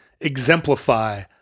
exemplify